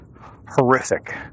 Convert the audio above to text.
horrific